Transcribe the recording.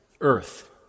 earth